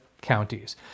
counties